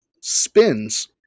spins